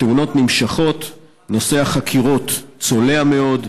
התאונות נמשכות, נושא החקירות צולע מאוד.